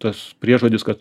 tas priežodis kad